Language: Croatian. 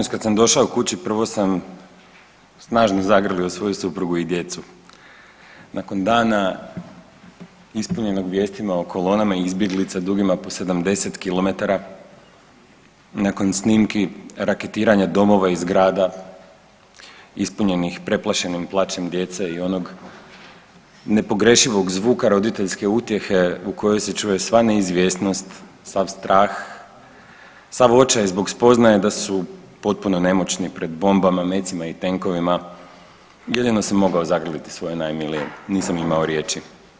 sam došao kući prvo sam snažno zagrlio svoju suprugu i djecu nakon dana ispunjenog vijestima o kolonama izbjeglica dugima po 70 km i nakon snimki raketiranja domova i zgrada ispunjenih preplašenim plačem djece i onog nepogrešivog zvuka roditeljske utjehe u kojoj se čuje sva neizvjesnost, sav strah, sav očaj zbog spoznaje da su potpuno nemoćni pred bombama, mecima i tenkovima, jedino sam mogao zagrliti svoje najmilije, nisam imao riječi.